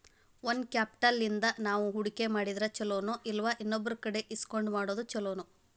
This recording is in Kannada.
ಓನ್ ಕ್ಯಾಪ್ಟಲ್ ಇಂದಾ ನಾವು ಹೂಡ್ಕಿ ಮಾಡಿದ್ರ ಛಲೊನೊಇಲ್ಲಾ ಇನ್ನೊಬ್ರಕಡೆ ಇಸ್ಕೊಂಡ್ ಮಾಡೊದ್ ಛೊಲೊನೊ?